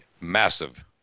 massive